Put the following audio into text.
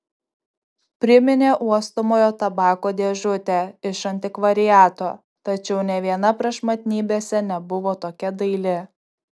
priminė uostomojo tabako dėžutę iš antikvariato tačiau nė viena prašmatnybėse nebuvo tokia daili